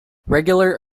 regular